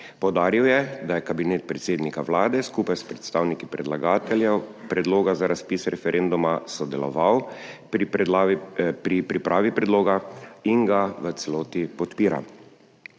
Poudaril je, da je Kabinet predsednika Vlade skupaj s predstavniki predlagateljev predloga za razpis referenduma sodeloval pri pripravi predloga in ga v celoti podpira.